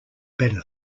better